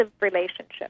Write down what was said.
relationship